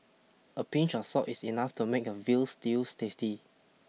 a pinch of salt is enough to make a veal stews tasty